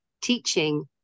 teaching